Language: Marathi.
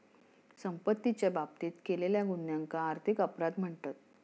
संपत्तीच्या बाबतीत केलेल्या गुन्ह्यांका आर्थिक अपराध म्हणतत